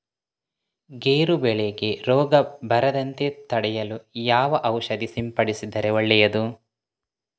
ಗೇರು ಬೆಳೆಗೆ ರೋಗ ಬರದಂತೆ ತಡೆಯಲು ಯಾವ ಔಷಧಿ ಸಿಂಪಡಿಸಿದರೆ ಒಳ್ಳೆಯದು?